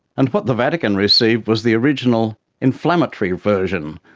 and what the vatican received was the original inflammatory version,